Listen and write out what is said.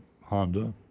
Honda